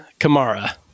Kamara